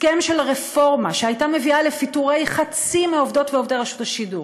הסכם של רפורמה שהייתה מביאה לפיטורי חצי מעובדות ועובדי רשות שידור,